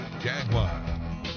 Jaguar